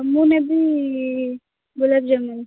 ମୁଁ ନେବି ଗୋଲାପଜାମୁନ